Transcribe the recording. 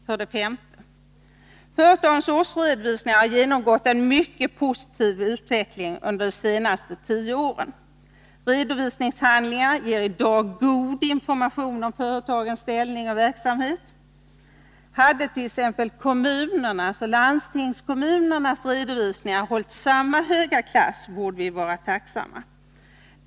För det femte har företagens årsredovisningar genomgått en mycket positiv utveckling under de senaste tio åren. Redovisningshandlingar ger i dag god information om företagets ställning och verksamhet. Hade t.ex. kommunernas och landstingskommunernas redovisningar hållit samma höga klass borde vi vara tacksamma.